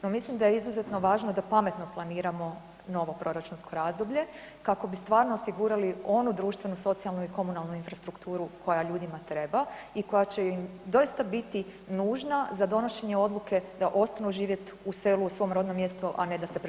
No mislim da je izuzetno važno da pametno planiramo novo proračunsko razdoblje kako bi stvarno osigurali onu društvenu, socijalnu i komunalnu infrastrukturu koja ljudima treba i koja će im doista biti nužna za donošenje odluke da ostanu živjet u selu, u svom rodnom mjestu a ne da se presele negdje drugdje.